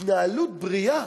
התנהלות בריאה